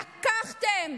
לקחתם